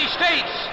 states